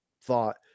thought